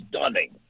stunning